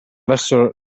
verso